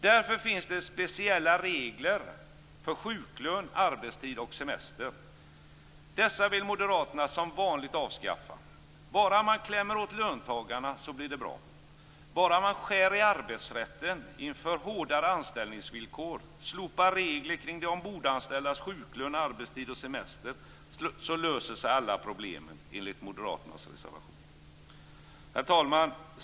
Därför finns det speciella regler för sjuklön, arbetstid och semester. Dessa vill moderaterna som vanligt avskaffa. Bara man klämmer åt löntagarna så blir det bra. Bara man skär i arbetsrätten, inför hårdare anställningsvillkor, slopar regler kring de ombordanställdas sjuklön, arbetstid och semester så löser sig enligt moderaternas reservation alla problem. Herr talman!